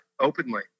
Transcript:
openly